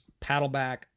Paddleback